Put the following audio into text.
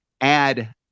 add